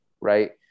Right